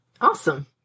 Awesome